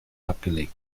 abgelegt